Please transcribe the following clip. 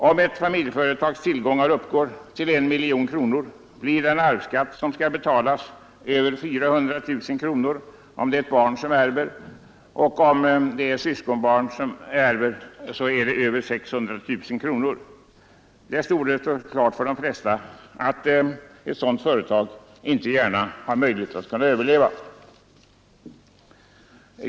Om ett familjeföretags tillgångar uppgår till I miljon kronor blir den arvsskatt som skall betalas över 400 000 kronor, om det är ett barn som ärver, över 600 000 kronor om det är syskonbarn som ärver. Det torde stå klart för de flesta att ett sådant företag inte gärna kan ha möjlighet att överleva.